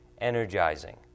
energizing